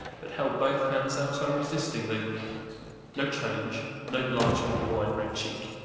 but held both hands out unresistingly no change, no blanching of the wine-red cheek.